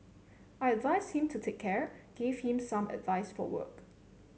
I advised him to take care gave him some advice for work